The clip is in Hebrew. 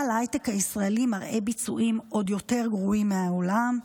אבל ההייטק הישראלי מראה ביצועים עוד יותר גרועים מהעולם.